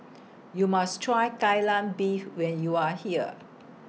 YOU must Try Kai Lan Beef when YOU Are here